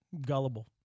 gullible